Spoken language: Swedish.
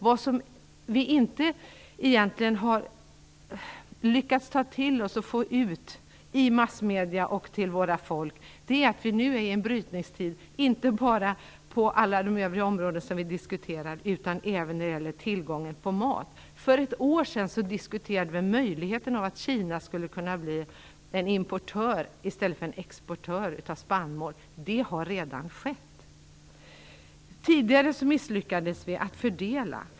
Vad vi egentligen inte har lyckats ta till oss och få ut i massmedier och till våra folk är att vi nu är i en brytningstid, inte bara på alla övriga områden som vi diskuterar utan även när det gäller tillgången på mat. För ett år sedan diskuterade vi möjligheten av att Kina skulle kunna bli en importör i stället för en exportör av spannmål. Det har redan skett. Tidigare misslyckades vi att fördela.